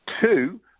Two